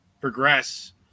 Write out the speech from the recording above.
progress